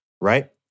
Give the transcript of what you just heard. right